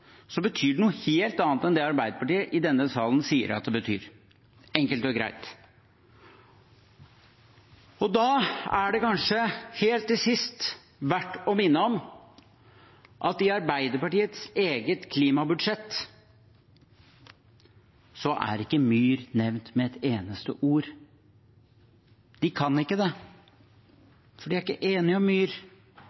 så betyr det noe helt annet enn det Arbeiderpartiet i denne salen sier at det betyr. Enkelt og greit. Da er det kanskje helt til sist verdt å minne om at i Arbeiderpartiets eget klimabudsjett er ikke myr nevnt med et eneste ord. De kan ikke det,